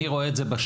אני רואה את זה בשטח.